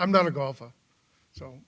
i'm not a golfer so